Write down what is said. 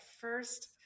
first